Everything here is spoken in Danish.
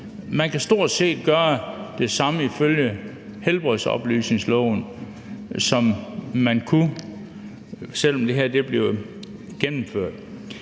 Man kan stort set gøre det samme ifølge helbredsoplysningsloven, som man ville kunne,